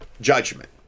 judgment